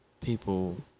people